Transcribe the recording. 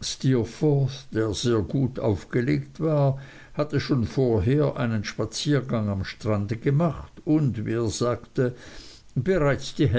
steerforth der sehr gut aufgelegt war hatte schon vorher einen spaziergang am strande gemacht und wie er sagte bereits die